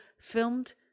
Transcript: filmed